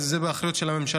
אבל זה באחריות של הממשלה,